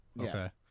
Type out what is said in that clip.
okay